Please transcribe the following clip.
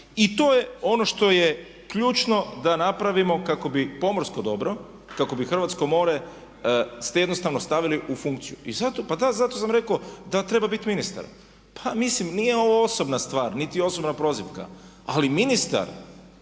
I to je ono što je ključno da napravimo kako bi pomorsko dobro, kako bi hrvatsko more jednostavno stavili u funkciju. I zato, pa da, zato sam rekao da treba biti ministar. Pa mislim nije ovo osobna stvar niti osobna prozivka, ali ministar